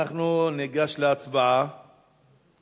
אנחנו ניגש להצבעה